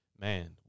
man